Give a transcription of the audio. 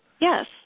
Yes